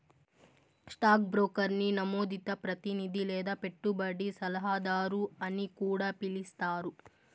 stock బ్రోకర్ని నమోదిత ప్రతినిది లేదా పెట్టుబడి సలహాదారు అని కూడా పిలిస్తారు